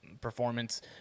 performance